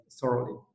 thoroughly